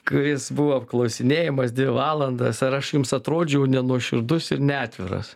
kuris buvo apklausinėjamas dvi valandas ar aš jums atrodžiau nenuoširdus ir neatviras